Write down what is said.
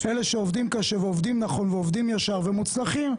אלה שעובדים קשה ועובדים נכון ועובדים ישר ומוצלחים,